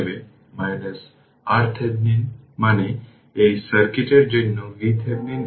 t 0 এর জন্য I t নির্ধারণ করতে সুইচটি ওপেন হয়